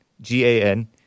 G-A-N